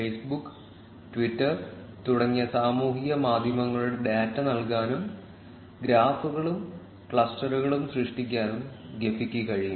Facebook Twitter തുടങ്ങിയ സാമൂഹിക മാധ്യമങ്ങളുടെ ഡാറ്റ നൽകാനും ഗ്രാഫുകളും ക്ലസ്റ്ററുകളും സൃഷ്ടിക്കാനും ജെഫിക്ക് കഴിയും